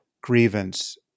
grievance